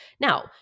Now